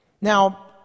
Now